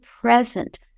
present